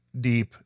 deep